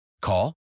Call